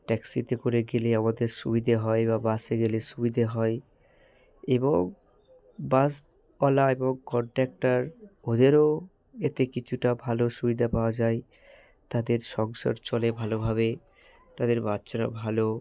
ট্যাক্সিতে করে গেলে আমাদের সুবিধে হয় বা বাসে গেলে সুবিধে হয় এবং বাসওয়ালা এবং কনডাক্টর ওদেরও এতে কিছুটা ভালো সুবিধা পাওয়া যায় তাদের সংসার চলে ভালোভাবে তাদের বাচ্চারা ভালো